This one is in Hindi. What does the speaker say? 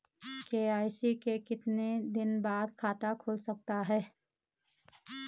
के.वाई.सी के कितने दिन बाद खाता खुल सकता है?